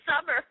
summer